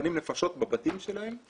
מראיינים נפשות בבתים שלהם,